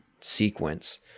sequence